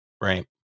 Right